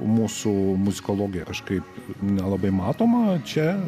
mūsų muzikologė kažkaip nelabai matoma čia